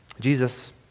Jesus